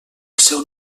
seu